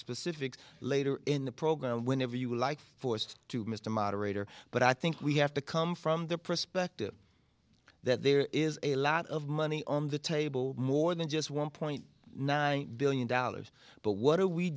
specifics later in the program whenever you like forced to mr moderator but i think we have to come from the perspective that there is a lot of money on the table more than just one point nine billion dollars but what